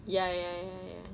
ya ya ya ya